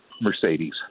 Mercedes